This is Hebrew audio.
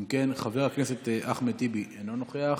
אם כן, חבר הכנסת אחמד טיבי, אינו נוכח,